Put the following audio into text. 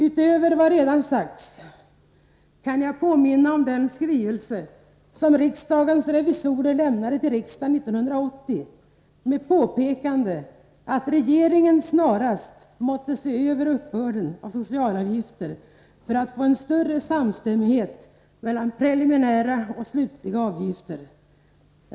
Utöver vad som redan sagts kan jag påminna om den skrivelse som riksdagens revisorer lämnade till riksdagen år 1980 med påpekande att regeringen snarast måtte se över uppbörden av socialavgifter för att man skall få en större samstämmighet mellan preliminära och slutliga avgifter.